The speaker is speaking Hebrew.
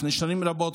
לפני שנים רבות,